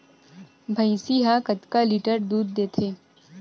भंइसी हा कतका लीटर दूध देथे?